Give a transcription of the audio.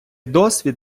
досвід